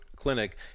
clinic